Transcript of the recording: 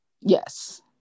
yes